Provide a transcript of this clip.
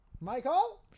Michael